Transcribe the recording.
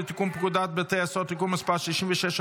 לתיקון פקודת בתי הסוהר (תיקון מס' 66,